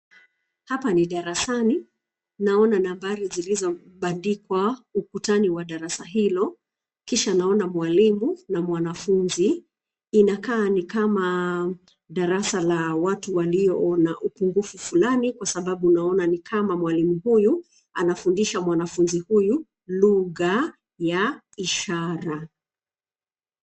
Hapa ni darasani, naona nambari zilizo bandikwa ukutani wa darasa hilo, kisha naona mwalimu na mwanafunzi, inakaa nikama darasa la watu walio na upungufu fulani kwa sababu naona nikama mwalimu huyu, anafundisha mwanafunzi huyu, lugha ya ishara.